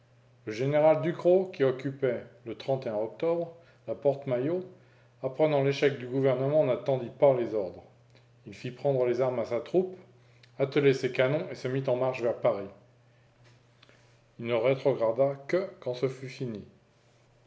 le général ducrot qui occupait le octobre la porte maillot apprenant l'échec du gouvernement n'attendit pas les ordres il fit prendre les armes à sa troupe atteler ses canons et se mit en marche vers paris il ne rétrograda que quand ce fut fini